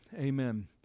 Amen